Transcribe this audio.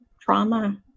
trauma